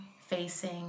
facing